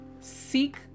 seek